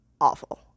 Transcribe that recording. awful